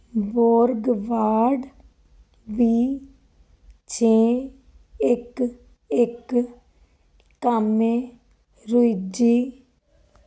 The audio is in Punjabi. ਬੋਰਗਵਾਡ ਬੀ ਛੇ ਇੱਕ ਇੱਕ ਕਾਮੇ ਰੁਈਜੀ